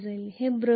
येथे ब्रश आहे